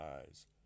eyes